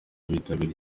bitabiriye